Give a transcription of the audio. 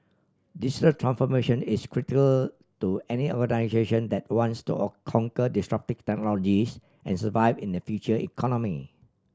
digital transformation is critical to any organisation that wants to conquer disruptive technologies and survive in the future economy